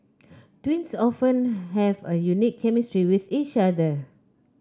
twins often have a unique chemistry with each other